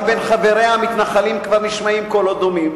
גם בין חבריה המתנחלים כבר נשמעים קולות דומים.